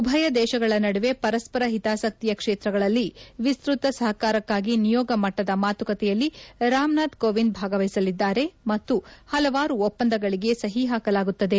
ಉಭಯ ದೇಶಗಳ ನಡುವೆ ಪರಸ್ಪರ ಹಿತಾಸಕ್ತಿಯ ಕ್ಷೇತ್ರಗಳಲ್ಲಿ ವಿಸ್ತೃತ ಸಹಕಾರಕ್ಕಾಗಿ ನಿಯೋಗ ಮಟ್ಟದ ಮಾತುಕತೆಗಳಲ್ಲಿ ರಾಮನಾಥ ಕೋವಿಂದ್ ಭಾಗವಹಿಸಲಿದ್ದಾರೆ ಮತ್ತು ಪಲವಾರು ಒಪ್ಪಂದಗಳಿಗೆ ಸಹಿ ಪಾಕಲಾಗುತ್ತದೆ